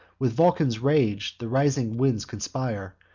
with vulcan's rage the rising winds conspire,